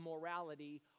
morality